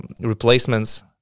replacements